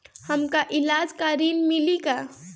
हमका ईलाज ला ऋण मिली का?